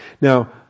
Now